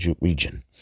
region